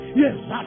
yes